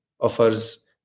offers